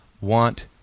want